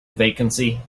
vacancy